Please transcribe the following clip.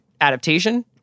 adaptation